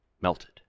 melted